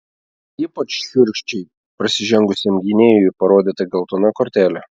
ypač šiurkščiai prasižengusiam gynėjui parodyta geltona kortelė